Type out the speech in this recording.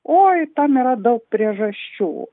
oi tam yra daug priežasčių